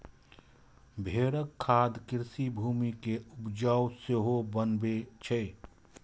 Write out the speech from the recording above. भेड़क खाद कृषि भूमि कें उपजाउ सेहो बनबै छै